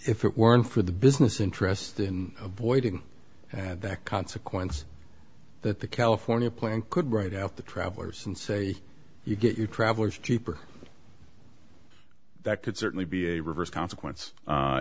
if it weren't for the business interest in avoiding and that consequence that the california plan could write out the travelers and say you get your travelers cheaper that could certainly be a reverse consequence